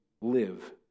live